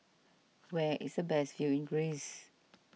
where is the best view in Greece